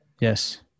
Yes